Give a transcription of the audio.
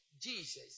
Jesus